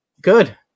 Good